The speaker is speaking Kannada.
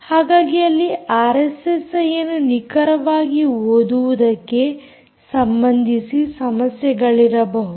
ಹಾಗಾಗಿ ಅಲ್ಲಿ ಆರ್ಎಸ್ಎಸ್ಐಯನ್ನು ನಿಖರವಾಗಿ ಓದುವುದಕ್ಕೆ ಸಂಬಂಧಿಸಿ ಸಮಸ್ಯೆಗಳಿರಬಹುದು